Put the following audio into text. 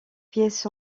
pièces